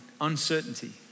uncertainty